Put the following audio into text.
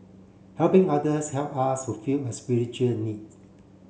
helping others help us fulfil a spiritual need